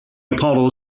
apollo